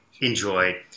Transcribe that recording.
enjoy